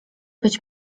być